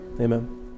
Amen